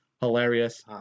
hilarious